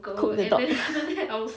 cook the dog